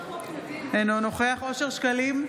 אינו נוכח אושר שקלים,